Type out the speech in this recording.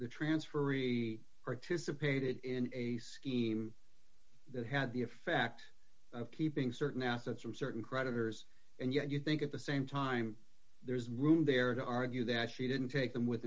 the transferee participated in a scheme that had the effect of keeping certain assets from certain creditors and yet you think at the same time there's room there to argue that she didn't take them with